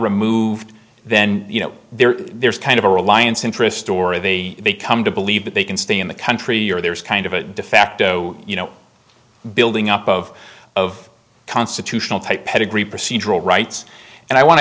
removed then you know there is there's kind of a reliance interest or they may come to believe that they can stay in the country or there is kind of a de facto you know building up of of constitutional type pedigree procedural rights and i want to